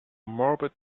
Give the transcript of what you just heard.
morbid